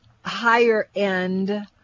higher-end